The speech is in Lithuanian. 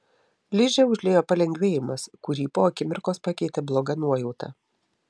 ližę užliejo palengvėjimas kurį po akimirkos pakeitė bloga nuojauta